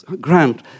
Grant